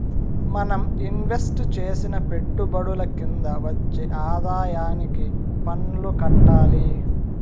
మనం ఇన్వెస్టు చేసిన పెట్టుబడుల కింద వచ్చే ఆదాయానికి పన్నులు కట్టాలి